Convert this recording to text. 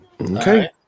okay